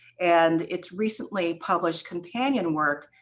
and its recently published companion work,